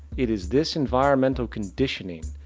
it is this enviromental conditioning,